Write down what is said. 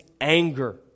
anger